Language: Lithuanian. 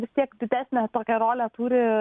vis tiek didesnę tokią rolę turi